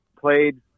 played